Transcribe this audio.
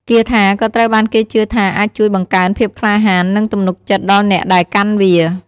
គាថាក៏ត្រូវបានគេជឿថាអាចជួយបង្កើនភាពក្លាហាន និងទំនុកចិត្តដល់អ្នកដែលកាន់វា។